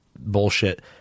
bullshit